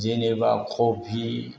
जेनेबा खबि